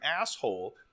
asshole –